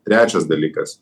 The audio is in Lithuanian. trečias dalykas